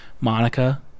Monica